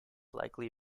likely